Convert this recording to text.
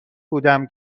بودم